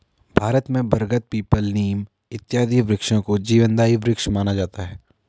भारत में बरगद पीपल नीम इत्यादि वृक्षों को जीवनदायी वृक्ष माना जाता है